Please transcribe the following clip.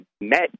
met